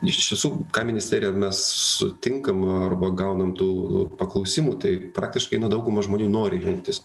iš tiesų ką ministerija mes sutinkam arba gaunam tų paklausimų tai praktiškai na dauguma žmonių nori jungtis